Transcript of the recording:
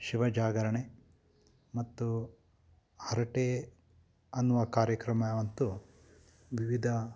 ಶಿವ ಜಾಗರಣೆ ಮತ್ತು ಹರಟೆ ಅನ್ನುವ ಕಾರ್ಯಕ್ರಮ ಮತ್ತು ವಿವಿಧ